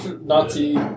Nazi